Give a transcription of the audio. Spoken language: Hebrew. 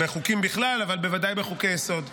בחוקים בכלל אבל בוודאי בחוקי-יסוד.